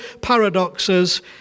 paradoxes